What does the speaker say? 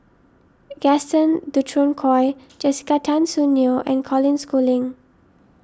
Gaston Dutronquoy Jessica Tan Soon Neo and Colin Schooling